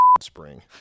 Spring